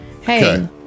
Hey